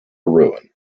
ruin